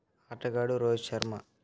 ఆటగాడు రోహిత్ శర్మ